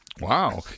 Wow